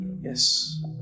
Yes